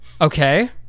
okay